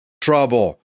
trouble